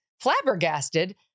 flabbergasted